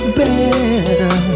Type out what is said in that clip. better